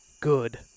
good